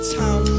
town